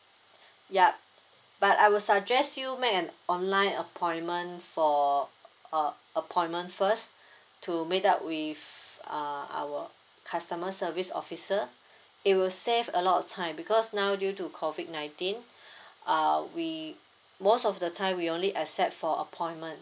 yup but I will suggest you make an online appointment for uh appointment first to meet up with uh our customer service officer it will save a lot of time because now due to COVID nineteen uh we most of the time we only accept for appointment